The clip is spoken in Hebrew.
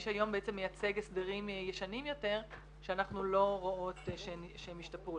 היום בעצם מייצג הסדרים ישנים יותר שאנחנו לא רואות שהם השתפרו,